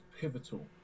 pivotal